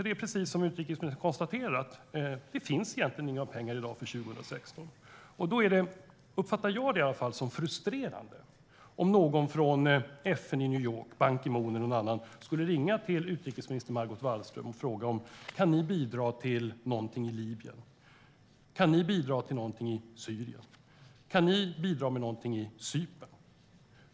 Det är precis som utrikesministern konstaterar: Det finns egentligen inga pengar för 2016. Då vore det - uppfattar i alla fall jag det som - frustrerande om någon från FN i New York, Ban Ki Moon eller någon annan, skulle ringa till utrikesminister Margot Wallström och fråga: Kan ni bidra till någonting i Libyen? Kan ni bidra till någonting i Syrien? Kan ni bidra till någonting i Cypern?